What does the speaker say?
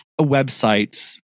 website's